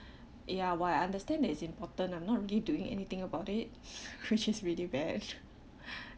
ya while I understand that it's important ah I'm not really doing anything about it which is really bad